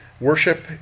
Worship